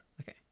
okay